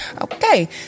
okay